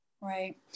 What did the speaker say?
Right